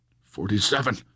Forty-seven